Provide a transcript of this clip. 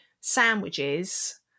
sandwiches